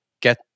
get